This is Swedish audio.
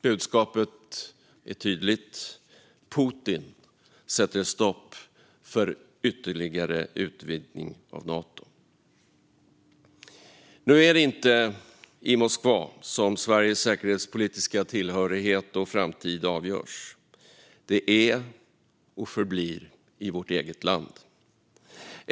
Budskapet är tydligt: Putin sätter stopp för ytterligare utvidgning av Nato. Nu är det inte i Moskva som Sveriges säkerhetspolitiska tillhörighet och framtid avgörs. Det är och förblir i vårt eget land.